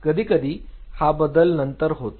कधीकधी हा बदल नंतर होतो